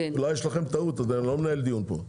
אולי יש לכם טעות, אני לא מנהל דיון פה.